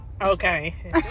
okay